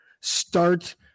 Start